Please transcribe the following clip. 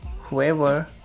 Whoever